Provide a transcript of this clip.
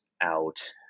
out